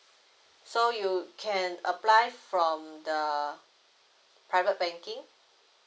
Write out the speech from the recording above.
so you can apply from the private packing